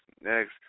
next